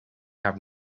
have